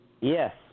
Yes